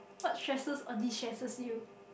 what stresses or distresses you